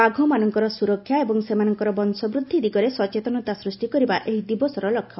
ବାଘମାନଙ୍କର ସୁରକ୍ଷା ଏବଂ ସେମାନଙ୍କର ବଂଶ ବୃଦ୍ଧି ଦିଗରେ ସଚେତନତା ସୃଷ୍ଖି କରିବା ଏହି ଦିବସର ଲକ୍ଷ୍ୟ